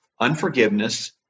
Unforgiveness